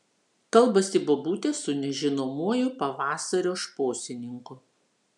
kalbasi bobutė su nežinomuoju pavasario šposininku